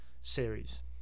series